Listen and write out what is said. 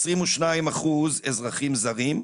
22 אחוז אזרחים זרים,